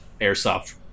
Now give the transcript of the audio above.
airsoft